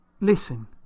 listen